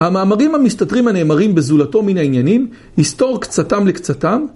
המאמרים המסתתרים הנאמרים בזולתו מן העניינים יסתור קצתם לקצתם.